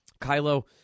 Kylo